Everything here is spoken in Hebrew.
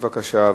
בבקשה,